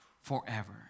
forever